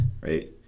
right